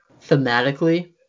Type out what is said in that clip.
thematically